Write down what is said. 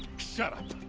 shut up!